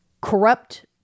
corrupt